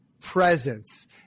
presence